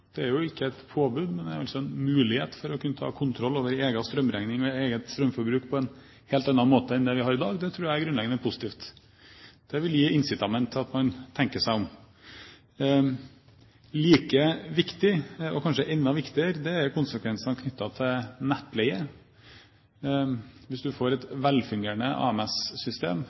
kommer det jo veldig an på folk selv. Det er ikke et påbud, men en mulighet til å få kontroll over egen strømregning og eget strømforbruk på en helt annen måte enn i dag. Det tror jeg er grunnleggende positivt. Det vil gi incitament til at man tenker seg om. Kanskje enda viktigere er konsekvensene knyttet til nettleie. Hvis du får et velfungerende